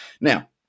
Now